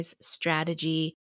strategy